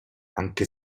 anche